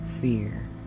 fear